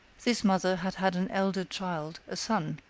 this mother had had an elder child, a son,